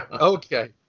Okay